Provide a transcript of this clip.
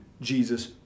Jesus